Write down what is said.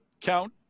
count